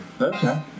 Okay